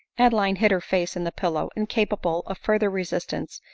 adeline hid her face in the pillow, incapable of further resistance,